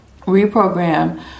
reprogram